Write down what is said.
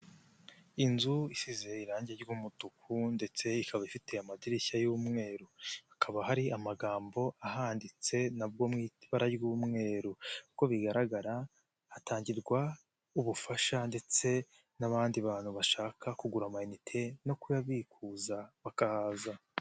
Inzu isize irangi ry'umutuku ndetse ikaba ifite amadirishya y'umweru, hakaba hari amagambo ahanditse nabwo mu ibara ry'umweru, uko bigaragara hatangirwa ubufasha ndetse n'abandi bantu bashaka kugura amayinite no kuyabikuza, bakahaza.